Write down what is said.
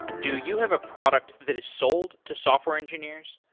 do you have a product that is sold to software engineers?